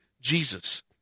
Jesus